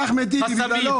זה אחמד טיבי, בגלל.